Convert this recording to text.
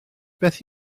beth